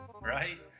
Right